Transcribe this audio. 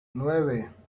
nueve